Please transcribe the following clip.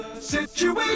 Situation